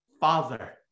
father